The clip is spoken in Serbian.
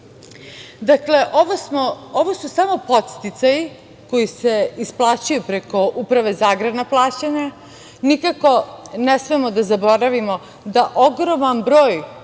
dinara. Dakle, ovo su samo podsticaji koji se isplaćuju preko Uprave za agrarna plaćanja. Nikako ne smemo da zaboravimo da ogroman broj